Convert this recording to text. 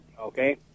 okay